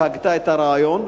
שהגתה את הרעיון.